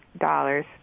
dollars